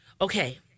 Okay